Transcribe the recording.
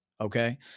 Okay